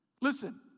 listen